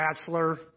Bachelor